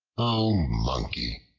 o monkey,